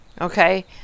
okay